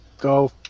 go